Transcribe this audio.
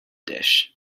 dish